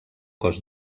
cos